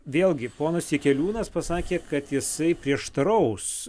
vėlgi ponas jakeliūnas pasakė kad jisai prieštaraus